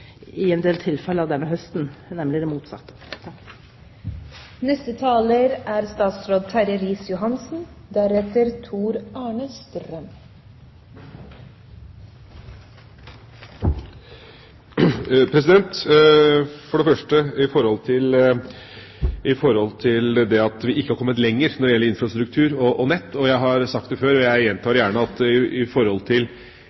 i en del tilfeller denne høsten, det motsatte. Først til det at vi ikke har kommet lenger når det gjelder infrastruktur og nett. Jeg har sagt det før, og jeg gjentar